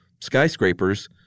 Skyscrapers